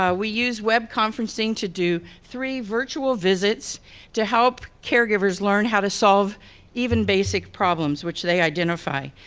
ah we use web conferencing to do three virtual visits to help caregivers learn how to solve even basic problems, which they identify.